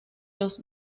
los